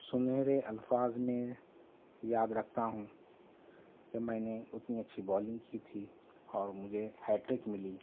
سنہرے الفاظ میں یاد رکھتا ہوں کہ میں نے اتنی اچھی بالنگ کی تھی اور مجھے ہیٹرک ملی